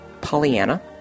Pollyanna